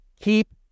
Keep